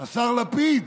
השר לפיד,